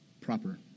proper